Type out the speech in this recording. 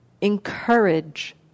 encourage